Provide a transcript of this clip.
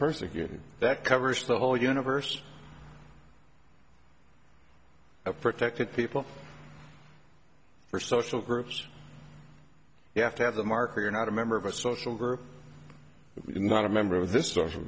persecuted that covers the whole universe of protected people or social groups you have to have the marker you're not a member of a social group not a member of this